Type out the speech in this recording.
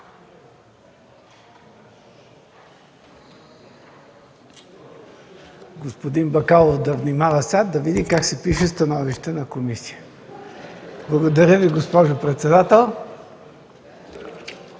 Благодаря Ви, господин председател.